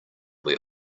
where